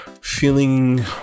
Feeling